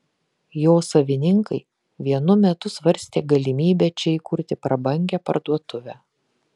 jo savininkai vienu metu svarstė galimybę čia įkurti prabangią parduotuvę